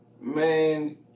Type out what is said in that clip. man